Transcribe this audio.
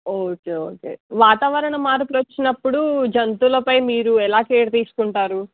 okay okay వాతావరణ మార్పు వచ్చినప్పుడు జంతువులపై మీరు ఎలా కేర్ తీసుకుంటారు